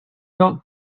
felt